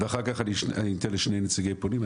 ואחרי זה שני נציגי פונים.